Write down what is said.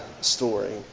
story